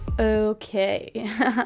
okay